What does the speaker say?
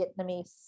Vietnamese